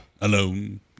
Alone